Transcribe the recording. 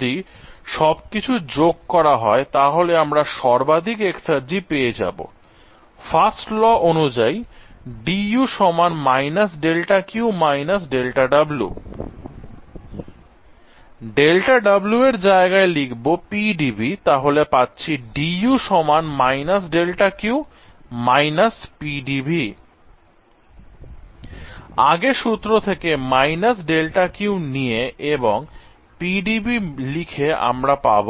যদি সবকিছু যোগ করা হয় তাহলে আমরা সর্বাধিক এক্সার্জি পেয়ে যাব I ফাস্ট ল অনুযায়ী dU - δQ - δW δW এর জায়গায় লিখব PdVতাহলে পাচ্ছি dU - δQ - PdV আগে সূত্র থেকে δQ নিয়ে এবং PdV লিখে আমরা পাব